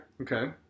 Okay